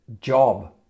job